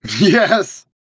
Yes